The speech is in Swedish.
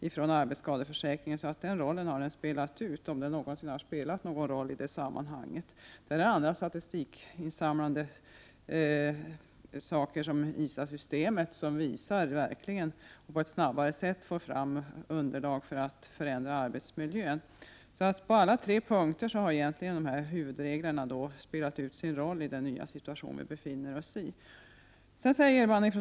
Den rollen har arbetsskadeförsäkringen alltså spelat ut — om den någonsin har spelat någon roll i detta sammanhang. Det är annat statistikinsamlande, såsom ISA systemet, som verkligen visar sambanden och på ett snabbare sätt får fram underlag för att förbättra arbetsmiljön. På alla tre punkterna har alltså huvudreglerna egentligen spelat ut sin roll i den nya situation som vi befinner oss i.